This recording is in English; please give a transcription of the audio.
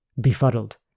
befuddled